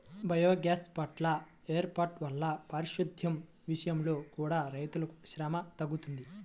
biogas ప్లాంట్ల వేర్పాటు వల్ల పారిశుద్దెం విషయంలో కూడా రైతులకు శ్రమ తగ్గుతుంది